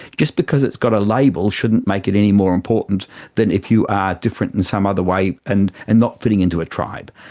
just because it's got a label shouldn't make it any more important than if you are different in some other way and and not fitting into a tribe.